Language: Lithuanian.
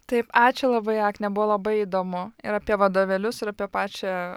taip ačiū labai agne buvo labai įdomu ir apie vadovėlius ir apie pačią